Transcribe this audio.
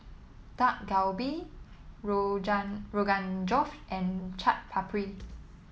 Dak Galbi Rogan Josh and Chaat Papri